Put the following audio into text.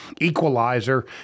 equalizer